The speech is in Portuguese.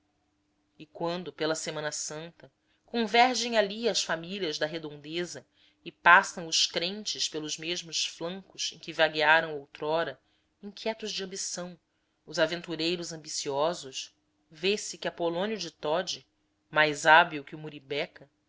e quando pela semana santa convergem ali as famílias da redondeza e passam os crentes pelos mesmos flancos em que vaguearam outrora inquietos de ambição os aventureiros ambiciosos vê-se que apolônio de todi mais hábil que o muribeca